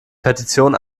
petition